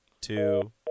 two